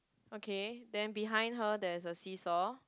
okay then behind her there is a seesaw